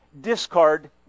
discard